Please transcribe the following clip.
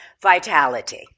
vitality